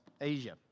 Asia